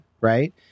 right